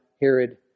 Herod